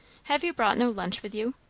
have you brought no lunch with you?